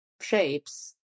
shapes